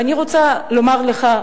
ואני רוצה לומר לך,